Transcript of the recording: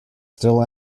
still